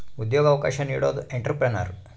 ಉದ್ಯೋಗ ಅವಕಾಶ ನೀಡೋದು ಎಂಟ್ರೆಪ್ರನರ್